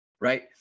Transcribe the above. right